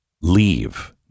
leave